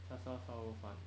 叉烧烧肉饭